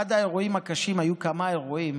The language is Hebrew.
אחד האירועים הקשים, היו כמה אירועים